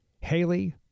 Haley